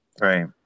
Right